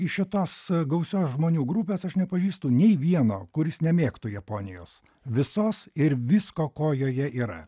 iš šitos gausios žmonių grupės aš nepažįstu nei vieno kuris nemėgtų japonijos visos ir visko ko joje yra